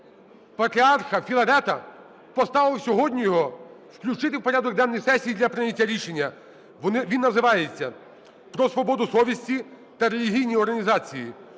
Патріарха Філарета, поставив сьогодні його включити в порядок денний сесії для прийняття рішення. Він називається: "Про свободу совісті та релігійні організації"